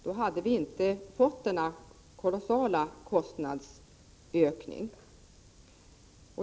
Då hade vi inte fått denna kolossala kostnadsökning.